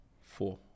Four